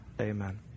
amen